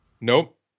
Nope